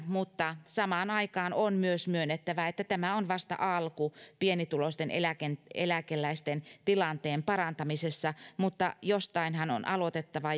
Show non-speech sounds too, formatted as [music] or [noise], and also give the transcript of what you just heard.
mutta samaan aikaan on myös myönnettävä että tämä on vasta alku pienituloisten eläkeläisten tilanteen parantamisessa mutta jostainhan on aloitettava [unintelligible]